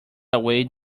away